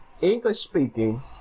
English-speaking